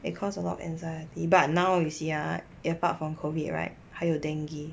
it cause a lot of anxiety but now you see ah apart from COVID right 还有 dengue